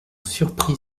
surprit